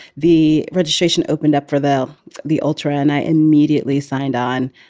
the registration opened up for the the ultra. and i immediately signed on.